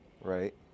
right